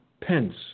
Pence